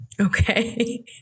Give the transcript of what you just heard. Okay